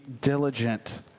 diligent